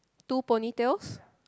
two ponytails